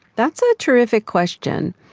that's a terrific question.